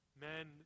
men